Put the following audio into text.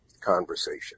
conversation